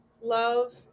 love